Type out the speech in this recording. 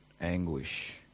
anguish